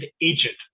agent